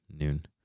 Noon